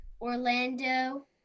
orlando